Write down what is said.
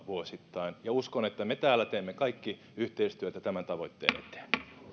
vuosittain ja uskon että me täällä teemme kaikki yhteistyötä tämän tavoitteen eteen